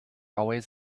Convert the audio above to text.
always